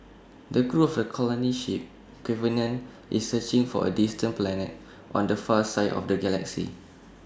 the crew of the colony ship covenant is searching for A distant planet on the far side of the galaxy